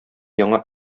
яңа